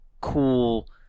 cool